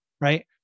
Right